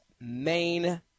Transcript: main